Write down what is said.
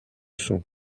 sont